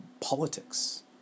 politics